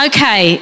Okay